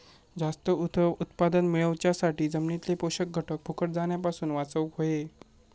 जास्त उत्पादन मेळवच्यासाठी जमिनीतले पोषक घटक फुकट जाण्यापासून वाचवक होये